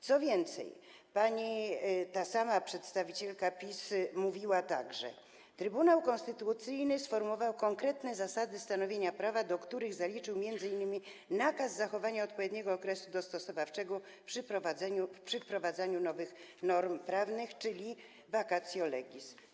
Co więcej, ta sama przedstawicielka PiS mówiła także: Trybunał Konstytucyjny sformułował konkretne zasady stanowienia prawa, do których zaliczył m.in. nakaz zachowania odpowiedniego okresu dostosowawczego przy wprowadzaniu nowych norm prawnych, czyli vacatio legis.